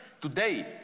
today